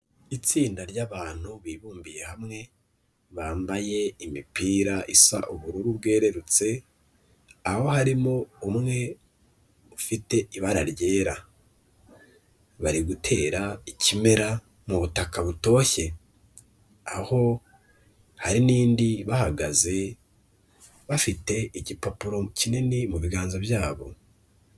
Itsinda ryabantu bibumbiye hamwe bambaye imipira isa ubururu bwererutse, aho harimo umwe ufite ibara ryera, bari gutera ikimera mu butaka butoshye aho hari n'indi bahagaze bafite igipapuro kinini mu biganza byabo.